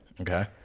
Okay